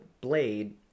blade